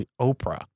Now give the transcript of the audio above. Oprah